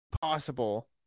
Possible